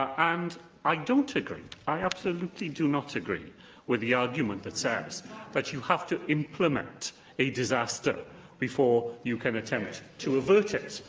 and i don't agree i absolutely do not agree with the argument that says that you have to implement a disaster before you can attempt to avert it.